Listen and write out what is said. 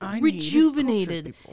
rejuvenated